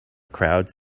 crowd